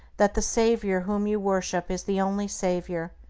that the savior whom you worship is the only savior,